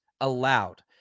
allowed